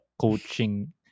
coaching